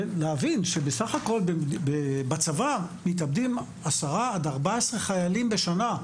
להבין שבסך הכול בצבא מתאבדים עשרה עד 14 חיילים בשנה.